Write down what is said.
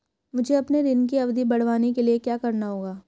मुझे अपने ऋण की अवधि बढ़वाने के लिए क्या करना होगा?